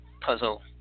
puzzle